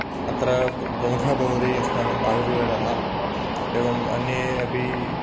अत्र प् प्रमुखा भवति अस्माकम् आयुर्वेदः एवम् अन्ये अपि